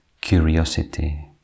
curiosity